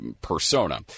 persona